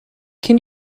can